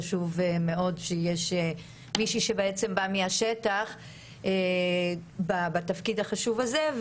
חשוב מאוד שיש מישהי שבעצם באה מהשטח בתפקיד החשוב הזה,